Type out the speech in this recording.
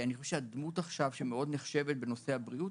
את דמות שנחשבת עכשיו מאוד בנושא הבריאות.